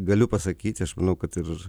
galiu pasakyti aš manau kad ir